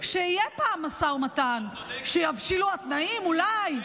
שיהיה פעם משא ומתן כשיבשילו התנאים, אולי.